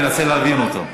מנסה להבין אותו.